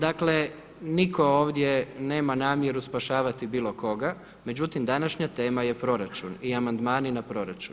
Dakle nitko ovdje nema namjeru spašavati bilo koga međutim današnja tema je proračun i amandmani na proračun.